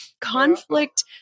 conflict